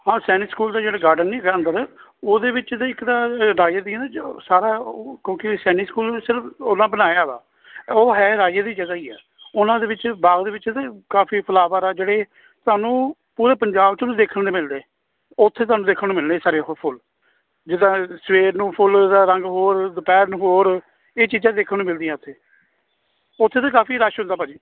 ਹਾਂ ਸੈਨਿਕ ਸਕੂਲ ਦੇ ਜਿਹੜੇ ਗਾਰਡਨ ਨੀ ਹੈਗਾ ਅੰਦਰ ਉਹਦੇ ਵਿੱਚ ਤੇ ਇੱਕ ਤਾਂ ਰਾਜੇ ਦੀ ਨਾ ਸਾਰਾ ਉਹ ਕਿਉਂਕਿ ਸੈਨਿਕ ਸਕੂਲ ਸਿਰਫ਼ ਉਹਨਾਂ ਬਣਾਇਆ ਵਾ ਉਹ ਹੈ ਰਾਜੇ ਦੀ ਜਗ੍ਹਾ ਹੀ ਹੈ ਉਹਨਾਂ ਦੇ ਵਿੱਚ ਬਾਗ ਦੇ ਵਿੱਚ ਨਾ ਕਾਫ਼ੀ ਫਲਾਵਰ ਆ ਜਿਹੜੇ ਤੁਹਾਨੂੰ ਪੂਰੇ ਪੰਜਾਬ 'ਚ ਨਹੀਂ ਦੇਖਣ ਨੂੰ ਮਿਲਦੇ ਉੱਥੇ ਤੁਹਾਨੂੰ ਦੇਖਣ ਨੂੰ ਮਿਲਣੇ ਇਹ ਸਾਰੇ ਉਹ ਫੁੱਲ ਜਿੱਦਾਂ ਸਵੇਰ ਨੂੰ ਫੁੱਲ ਦਾ ਰੰਗ ਹੋਰ ਦੁਪਹਿਰ ਨੂੰ ਹੋਰ ਇਹ ਚੀਜ਼ਾਂ ਦੇਖਣ ਨੂੰ ਮਿਲਦੀਆਂ ਉੱਥੇ ਉੱਥੇ ਤਾਂ ਕਾਫ਼ੀ ਰੱਸ਼ ਹੁੰਦਾ ਭਾਅ ਜੀ